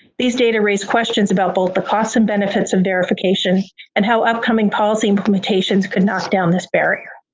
these data raise questions about both the costs and benefits of verification and how upcoming policy implementations could knock down this barrier.